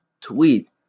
tweet